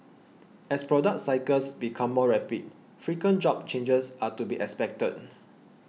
as product cycles become more rapid frequent job changes are to be expected